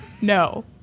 No